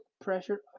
pressure